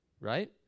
Right